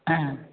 हा